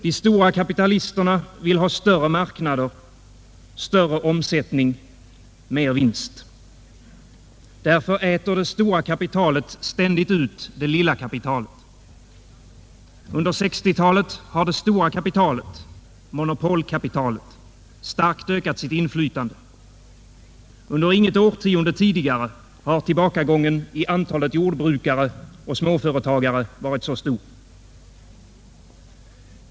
De stora kapitalisterna vill ha större marknader, större omsättningö mer vinst. Därför äter det stora kapitalet ständigt ut det lilla kapitalet. Under 1960-talet har det stora kapitalet., monopolkapitalet, starkt ökat sitt inflytande. Under inget årtionde tidigare har tillbakagången i antalet jordbrukare och småföretagare varit så stor.